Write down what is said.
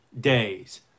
days